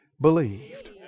believed